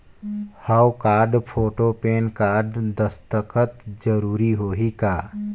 हव card, photo, PAN card, दस्खत जरूरी होही का?